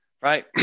Right